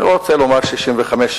אני לא רוצה לומר 65 שנה,